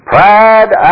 Pride